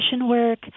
work